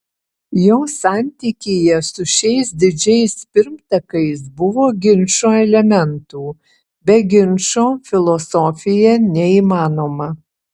jo santykyje su šiais didžiais pirmtakais buvo ginčo elementų be ginčo filosofija neįmanoma